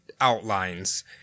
outlines